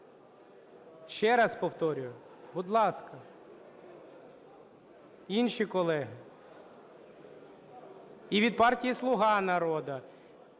Ще раз повторюю, будь ласка, інші колеги і від партії "Слуга народу",